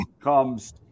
comes